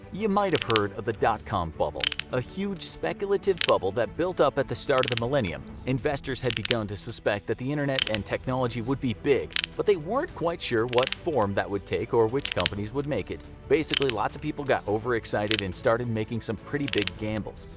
you might have heard of the dot com bubble, a huge speculative bubble that built up at the start of the millennium. investors had begun to suspect the internet and technology would be big, but they weren't quite sure what form that would take or which companies would make it. basically, lots of people got overexcited and started making some pretty big gambles.